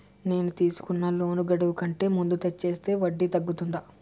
నేను తీసుకున్న లోన్ గడువు కంటే ముందే తీర్చేస్తే వడ్డీ తగ్గుతుందా?